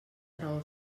raó